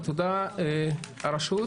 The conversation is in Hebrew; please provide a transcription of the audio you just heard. תודה רבה.